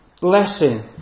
blessing